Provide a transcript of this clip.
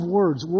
words